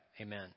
Amen